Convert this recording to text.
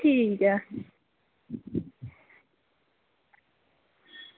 ठीक ऐ